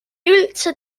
üldse